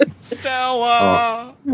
Stella